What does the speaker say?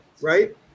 Right